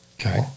okay